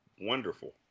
wonderful